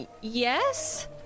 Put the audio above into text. Yes